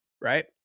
right